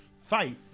Fight